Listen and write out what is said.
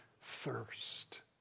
thirst